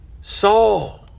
Saul